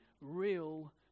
real